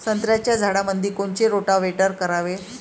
संत्र्याच्या झाडामंदी कोनचे रोटावेटर करावे?